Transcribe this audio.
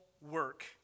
work